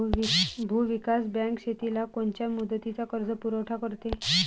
भूविकास बँक शेतीला कोनच्या मुदतीचा कर्जपुरवठा करते?